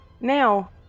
Now